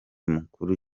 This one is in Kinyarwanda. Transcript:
mukuru